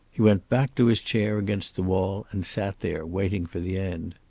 he went back to his chair against the wall and sat there, waiting for the end.